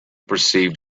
perceived